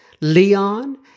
Leon